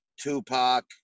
Tupac